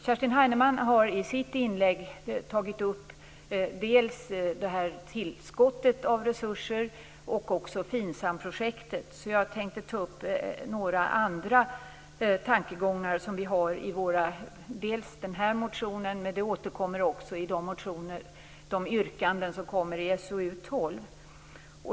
Kerstin Heinemann har i sitt inlägg tagit upp dels tillskottet av resurser, dels FINSAM-projektet. Jag tänkte ta upp några andra tankegångar som vi har dels i den motion som behandlas här, dels i de yrkanden som behandlas i SoU12.